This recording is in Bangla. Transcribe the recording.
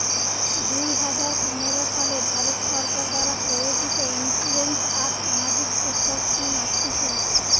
দুই হাজার পনের সালে ভারত সরকার দ্বারা প্রযোজিত ইন্সুরেন্স আর সামাজিক সেক্টর স্কিম আসতিছে